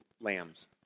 lambs